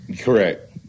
Correct